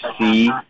see